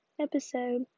episode